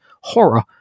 horror